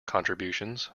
contributions